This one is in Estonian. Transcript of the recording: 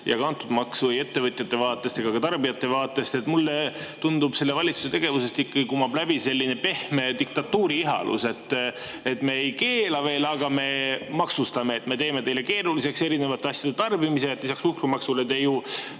antud maksu, ei ettevõtjate ega tarbijate vaatest. Mulle tundub, et selle valitsuse tegevusest ikkagi kumab läbi selline pehme diktatuuriihalus: te veel ei keela, aga te maksustate, te teete keeruliseks erinevate asjade tarbimise. Lisaks suhkrumaksule te ju